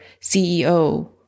CEO